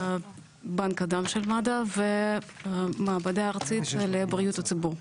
בנק הדם של מד"א ומעבדה ארצית של בריאות הציבור.